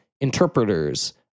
interpreters